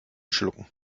schlucken